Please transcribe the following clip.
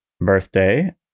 birthday